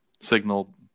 signal